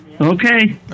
Okay